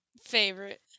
Favorite